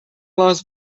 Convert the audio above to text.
las